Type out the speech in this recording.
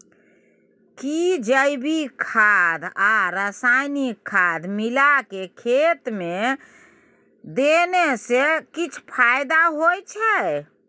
कि जैविक खाद आ रसायनिक खाद मिलाके खेत मे देने से किछ फायदा होय छै?